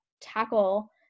tackle